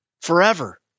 forever